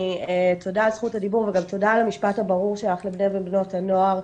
תודה על זכות הדיבור ותודה על המשפט הברור לך לבנות בני הנוער,